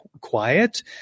quiet